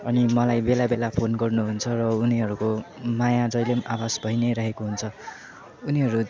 अनि मलाई बेला बेला फोन गर्नुहुन्छ र उनीहरूको माया जहिले पनि आभास भई नै रहेको हुन्छ उनीहरू